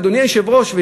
אדוני היושב-ראש, תודה.